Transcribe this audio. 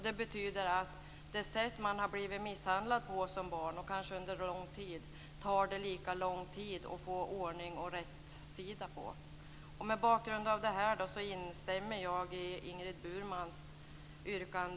Det betyder: Om man blir misshandlad under lång tid som barn tar det lika lång tid att få ordning och rätsida på sitt liv som vuxen. Mot bakgrund av detta instämmer jag i Ingrid